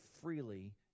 freely